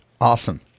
Awesome